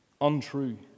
untrue